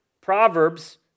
Proverbs